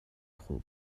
خوب